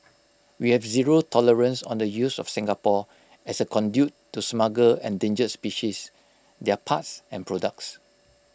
we have zero tolerance on the use of Singapore as A conduit to smuggle endangered species their parts and products